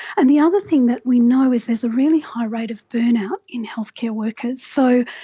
and the other thing that we know is there's a really high rate of burnout in healthcare workers. so